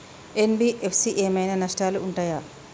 NBFC ఏమైనా నష్టాలు ఉంటయా?